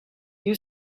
you